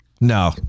No